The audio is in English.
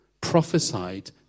prophesied